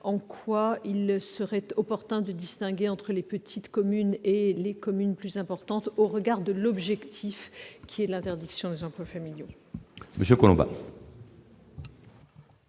en quoi il serait opportun de distinguer entre les petites communes et les communes plus importantes s'agissant de l'objectif d'interdiction des emplois familiaux.